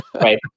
Right